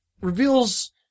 reveals